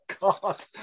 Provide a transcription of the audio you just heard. God